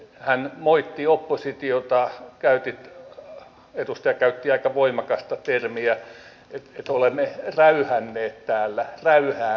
hän moitti oppositiota edustaja käytti aika voimakasta termiä että olemme räyhänneet täällä räyhäämässä